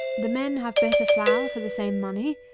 the men have better flour for the same money,